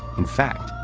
in fact,